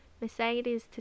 Mercedes